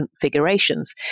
configurations